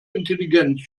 intelligenz